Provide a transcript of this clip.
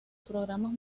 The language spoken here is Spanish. programas